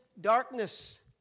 darkness